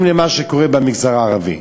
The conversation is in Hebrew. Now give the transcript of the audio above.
מאוד רגישים למה שקורה במגזר הערבי,